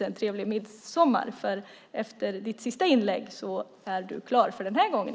Efter ditt sista inlägg är du färdig i kammaren för den här gången.